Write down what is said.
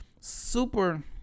super